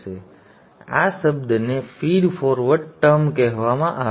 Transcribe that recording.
હવે આ શબ્દને ફીડ ફોરવર્ડ ટર્મ કહેવામાં આવે છે